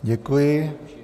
Děkuji.